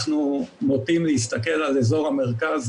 אנחנו נוטים להסתכל על אזור המרכז,